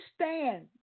understand